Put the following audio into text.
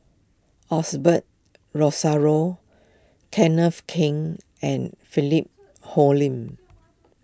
Osbert Rozario Kenneth Keng and Philip Hoalim